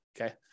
Okay